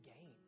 game